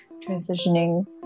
transitioning